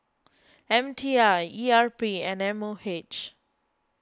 M T I E R P and M O H